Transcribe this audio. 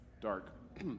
Dark